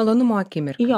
malonumo akimirka